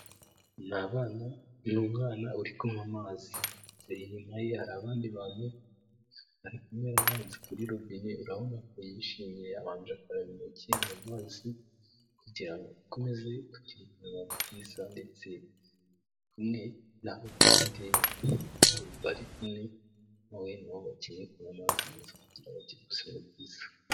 Ni abana n'umwana uri kunywa amazi, inyuma ye hari abandi bantu ari kunywera amazi kuri robine urabona ko yishimye yabanje akaraba intoki mu mazi, kugira ngo akomeze agire ubuzuma bwiza, ndetse kumwe n'abandi bari kumwe na we na bo bakeneye kunywa amazi kugirango bagire ubuzima bwiza.